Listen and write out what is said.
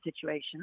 situation